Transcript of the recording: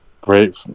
Great